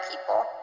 people